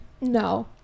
No